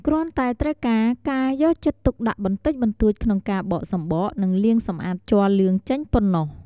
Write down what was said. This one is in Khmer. គ្រាន់តែត្រូវការការយកចិត្តទុកដាក់បន្តិចបន្តួចក្នុងការបកសំបក និងលាងសម្អាតជ័រលឿងចេញប៉ុណ្ណោះ។